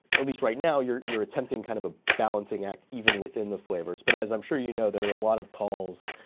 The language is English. at least right now, you're you're attempting kind of a balancing act even within the flavors. but as i'm sure you know, there are a lot of calls,